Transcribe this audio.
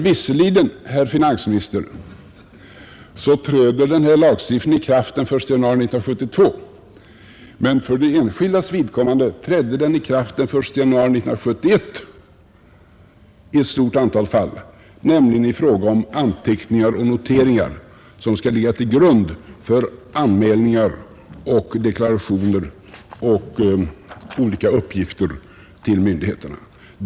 Visserligen träder denna lag i kraft den 1 januari 1972, men för de enskildas vidkommande trädde den i kraft den 1 januari 1971 beträffande sådana detaljer som anteckningar och noteringar som skall ligga till grund för anmälningar, deklarationer och olika uppgifter till myndigheterna.